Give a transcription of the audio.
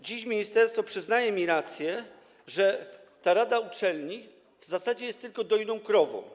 Dziś ministerstwo przyznaje mi rację, że rada uczelni w zasadzie jest tylko dojną krową.